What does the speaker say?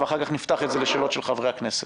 ואחר כך נפתח את זה לשאלות של חברי הכנסת.